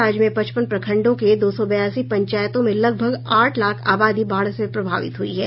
राज्य में पचपन प्रखंडों के दो सौ बयासी पंचायतों में लगभग आठ लाख आबादी बाढ़ से प्रभावित हुई है